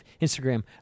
Instagram